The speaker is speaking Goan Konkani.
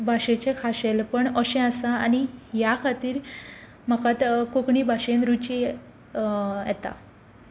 भाशेचें खाशेलपण अशें आसा आनी ह्या खातीर म्हाका कोंकणी भाशेंत रुची येता